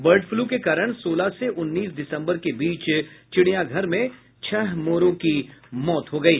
bird flu के कारण सोलह से उन्नीस दिसम्बर के बीच चिड़िया घर में छह मोरों की मौत हो गयी